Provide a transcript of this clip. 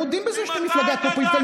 אתם גם מודים בזה שאתם מפלגה קפיטליסטית.